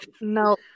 No